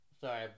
Sorry